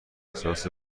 احساس